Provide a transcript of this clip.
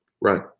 Right